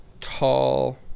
tall